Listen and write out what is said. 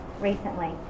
recently